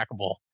trackable